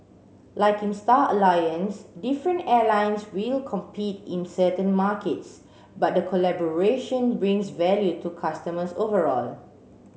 like in Star Alliance different airlines will compete in certain markets but the collaboration brings value to customers overall